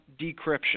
decryption